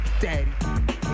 Daddy